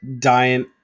Dying